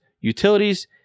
utilities